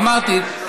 אמרתי,